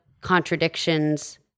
contradictions